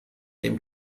dem